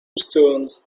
stones